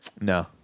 No